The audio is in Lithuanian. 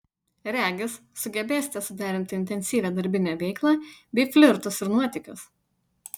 regis sugebėsite suderinti intensyvią darbinę veiklą bei flirtus ir nuotykius